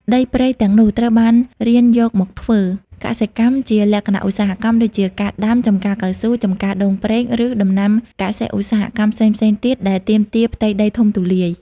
ដីព្រៃទាំងនោះត្រូវបានរានយកមកធ្វើ កសិកម្ម ជាលក្ខណៈឧស្សាហកម្ម ដូចជាការដាំ ចម្ការកៅស៊ូ ចម្ការដូងប្រេង ឬដំណាំកសិឧស្សាហកម្មផ្សេងៗទៀត ដែលទាមទារផ្ទៃដីធំទូលាយ។